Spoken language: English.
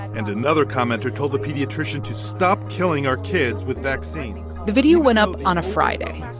and another commenter told the pediatrician to stop killing our kids with vaccines the video went up on a friday.